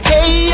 Hey